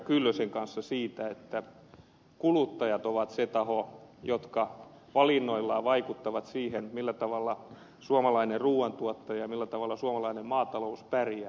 kyllösen kanssa siitä että kuluttajat ovat se taho joka valinnoillaan vaikuttaa siihen millä tavalla suomalainen ruuan tuottaja ja millä tavalla suomalainen maatalous pärjää